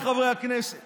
בחוק לסוכן